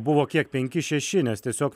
buvo kiek penki šeši nes tiesiog